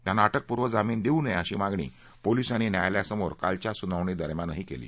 त्यांना अटकपूर्व जामिन देऊ नये अशी मागणी पोलिसांनी न्यायालयासमोर कालच्या सुनावणी दरम्यान केली